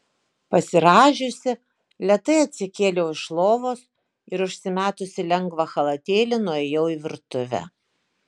pasirąžiusi lėtai atsikėliau iš lovos ir užsimetusi lengvą chalatėlį nuėjau į virtuvę